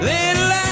little